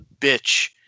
bitch